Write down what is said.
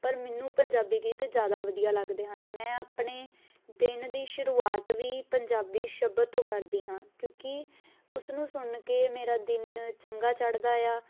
ਪਰ ਮੈਨੂੰ ਪੰਜਾਬੀ ਗੀਤ ਜ਼ਿਆਦਾ ਵਧੀਆ ਲੱਗਦੇ ਹਨ ਮੈਂ ਆਪਣੇ ਦਿਨ ਦੀ ਸ਼ੁਰੂਆਤ ਵੀ ਪੰਜਾਬੀ ਸ਼ਬਦ ਤੋਂ ਕਰਦੀ ਹਾਂ ਕਿਉਂਕਿ ਉਸਨੂੰ ਸੁਣ ਕੇ ਮੇਰਾ ਦਿਨ ਚੰਗਾ ਚੜ੍ਹਦਾ ਆ